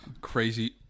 Crazy